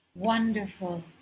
wonderful